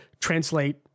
translate